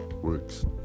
works